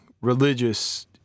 religious